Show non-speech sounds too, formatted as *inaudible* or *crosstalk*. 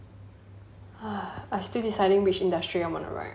*breath* I still deciding which industry I should write